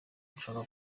nshaka